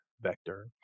vector